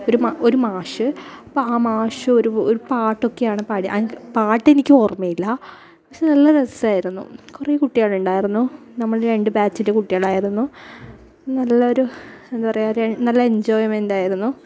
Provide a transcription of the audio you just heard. ഒരു ഒരു മാഷ് അപ്പോൾ ആ മാഷ് ഒരു പാട്ടൊക്കെയാണ് പാടിയത് അത് പാട്ട് എനിക്ക് ഓർമ്മയില്ല പക്ഷെ നല്ല രസമായിരുന്നു കുറേ കുട്ടികള് ഉണ്ടായിരുന്നു നമ്മൾ രണ്ട് ബാച്ചിലെ കുട്ടികളായിരുന്നു നല്ലൊരു എന്താണ് പറയുക ഒരു നല്ല എൻജോയ്മെൻ്റ് ആയിരുന്നു